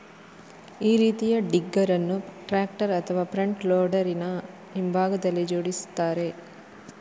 ಈ ರೀತಿಯ ಡಿಗ್ಗರ್ ಅನ್ನು ಟ್ರಾಕ್ಟರ್ ಅಥವಾ ಫ್ರಂಟ್ ಲೋಡರಿನ ಹಿಂಭಾಗದಲ್ಲಿ ಜೋಡಿಸ್ತಾರೆ